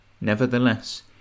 Nevertheless